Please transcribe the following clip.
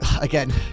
Again